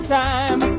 time